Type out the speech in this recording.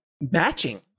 matching